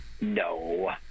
No